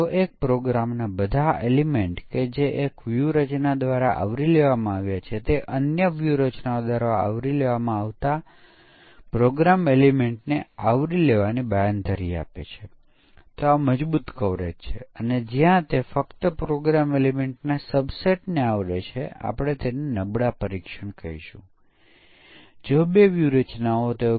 પરંતુ black box પરીક્ષણની વ્યૂહરચનાઓ પર ધ્યાન આપતા પહેલા ચાલો આપણે એક ખૂબ જ મૂળ સવાલનો જવાબ આપીએ કે આ બ્લેક બોક્સ પરીક્ષણ વિશે સૌથી અઘરું શું છે